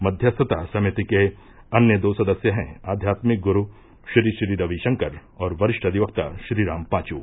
मध्यस्थता समिति के अन्य दो सदस्य हैं आध्यात्मिक गुरू श्री श्री रविशंकर और वरिष्ठ अधिवक्ता श्रीराम पांचू